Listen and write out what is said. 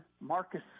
Marcus